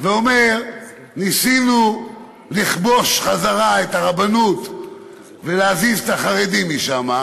ואומר: ניסינו לכבוש חזרה את הרבנות ולהזיז את החרדים משם,